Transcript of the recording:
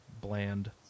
bland